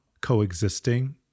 coexisting